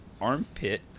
armpit